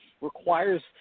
requires